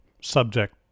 subject